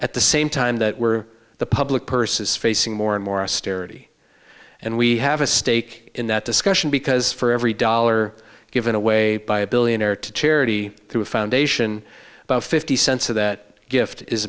at the same time that we're the public purse is facing more and more austerity and we have a stake in that discussion because for every dollar given away by a billionaire to charity through a foundation about fifty cents of that gift is